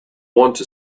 wanta